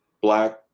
black